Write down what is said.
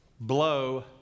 blow